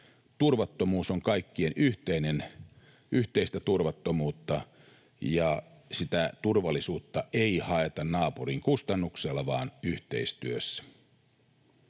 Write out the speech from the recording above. turvattomuus on kaikkien yhteistä turvattomuutta ja sitä turvallisuutta ei haeta naapurin kustannuksella vaan yhteistyössä.